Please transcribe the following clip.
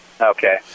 Okay